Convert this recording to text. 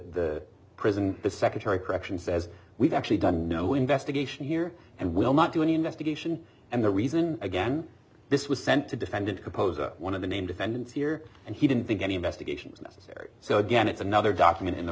the prison the secretary correction says we've actually done no investigation here and will not do an investigation and the reason again this was sent to defendant composer one of the name defendants here and he didn't think any investigation was necessary so again it's another document in the